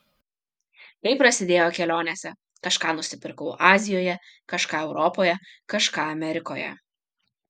tai prasidėjo kelionėse kažką nusipirkau azijoje kažką europoje kažką amerikoje